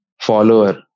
follower